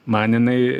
man inai